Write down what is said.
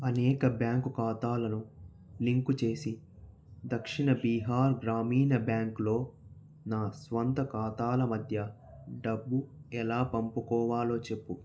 అనేక బ్యాంకు ఖాతాలను లింకు చేసి దక్షిణ బీహార్ గ్రామీణ బ్యాంక్లో నా స్వంత ఖాతాల మధ్య డబ్బు ఎలా పంపుకోవాలో చెప్పు